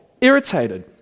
irritated